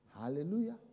Hallelujah